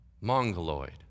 mongoloid